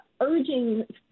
urging